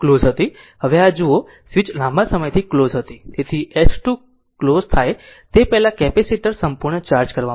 હવે જુઓ આ સ્વિચ લાંબા સમયથી ક્લોઝ હતો તેથી S2 ક્લોઝ થાય તે પહેલાં કેપેસિટર સંપૂર્ણ ચાર્જ કરવામાં આવે છે